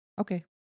Okay